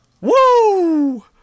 Woo